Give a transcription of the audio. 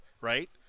right